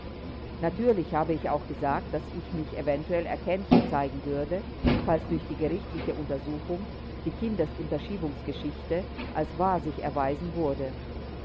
natürlich habe ich auch gesagt daß ich mich eventuell erkenntlich zeigen würde falls durch die gerichtliche untersuchung die kindesunterschiebungsgeschichte als wahr sich erweisen wurde